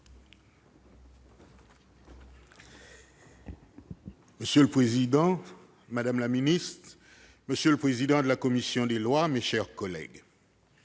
Monsieur le président, madame la ministre, monsieur le président de la commission des lois, mes chers collègues,